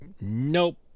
nope